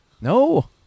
No